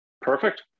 perfect